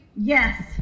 Yes